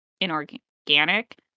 inorganic